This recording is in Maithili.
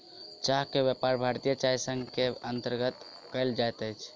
चाह के व्यापार भारतीय चाय संग के अंतर्गत कयल जाइत अछि